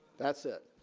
that's it.